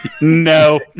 No